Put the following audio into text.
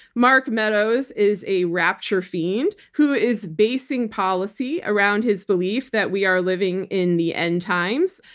mark meadows is a rapture fiend, who is basing policy around his belief that we are living in the end times.